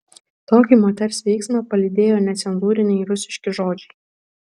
tokį moters veiksmą palydėjo necenzūriniai rusiški žodžiai